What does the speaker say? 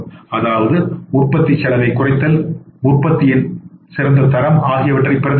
அதாவது உற்பத்திச் செலவைக் குறைத்தல் உற்பத்தியின் சிறந்த தரம் ஆகியவற்றைப் பிரதிபலிக்கும்